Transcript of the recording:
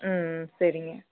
ம் சரிங்க